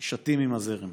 שטים עם הזרם.